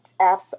apps